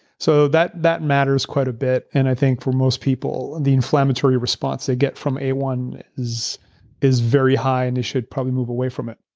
so that that matters quite a bit, and i think for most people the inflammatory response they get from a one is is very high and they should probably move away from it.